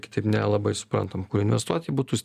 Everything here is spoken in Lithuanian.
kitaip nelabai suprantam kur investuot į butus